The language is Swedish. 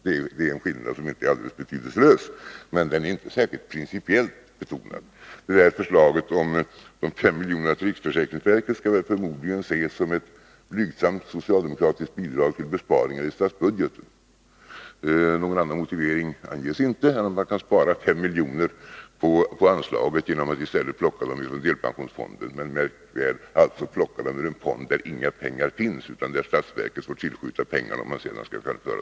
Det är en skillnad som inte är alldeles betydelselös, men den är inte särskilt principiellt betonad. Förslaget om de 5 miljonerna till riksförsäkringsverket skall väl ses som ett blygsamt socialdemokratiskt bidrag till besparingar i statsbudgeten. Någon annan motivering anges inte än att man kan spara 5 miljoner på anslaget genom att i stället plocka dem ur delpensionsfonden, märk väl plocka dem ur en fond där inga pengar finns, utan där statsverket får skjuta till pengar.